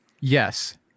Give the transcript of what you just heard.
Yes